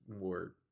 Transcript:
more